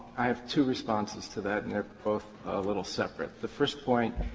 i have two responses to that, and they are both a little separate. the first point,